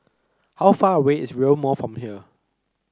how far away is Rail Mall from here